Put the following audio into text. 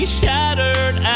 shattered